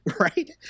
Right